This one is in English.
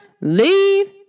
leave